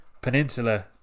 Peninsula